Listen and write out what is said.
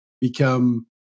become